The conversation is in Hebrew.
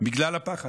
בגלל הפחד,